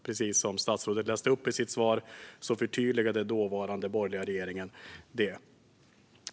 Precis som statsrådet sa i sitt svar förtydligade den dåvarande borgerliga regeringen detta.